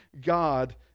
god